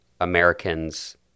Americans